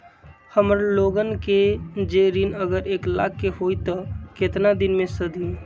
हमन लोगन के जे ऋन अगर एक लाख के होई त केतना दिन मे सधी?